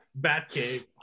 Batcave